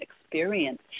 experience